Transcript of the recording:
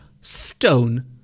stone